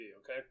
Okay